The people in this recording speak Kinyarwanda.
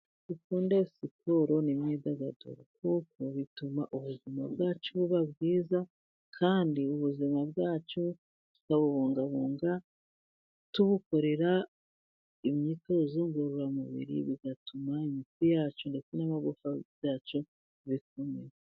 Dukunde siporo n'imyidagaduro, kuko bituma ubuzima bwacu buba bwiza, kandi ubuzima bwacu twabubungabunga tubukorera imyitozo ngororamubiri bigatuma imitsi yacu ndetse n'amagufawa byacu bikomera.